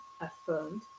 affirmed